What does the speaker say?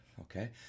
Okay